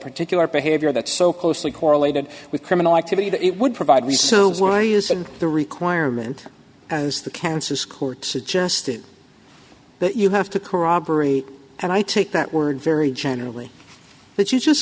particular behavior that's so closely correlated with criminal activity that it would provide me so why isn't the requirement as the council's court suggested that you have to corroborate and i take that word very generally that you just